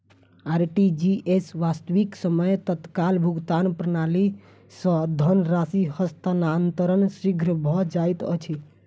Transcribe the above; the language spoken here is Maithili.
आर.टी.जी.एस, वास्तविक समय तत्काल भुगतान प्रणाली, सॅ धन राशि हस्तांतरण शीघ्र भ जाइत अछि